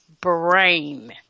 brain